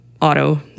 auto